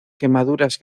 quemaduras